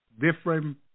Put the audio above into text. different